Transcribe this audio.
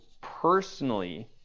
personally